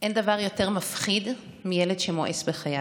אין דבר יותר מפחיד מילד שמואס בחייו.